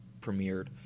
premiered